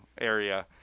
area